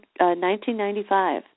1995